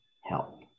help